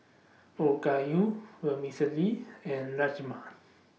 Okayu Vermicelli and Rajma